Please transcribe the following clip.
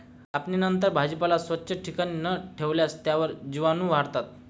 कापणीनंतर भाजीपाला स्वच्छ ठिकाणी न ठेवल्यास त्यावर जीवाणूवाढतात